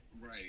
Right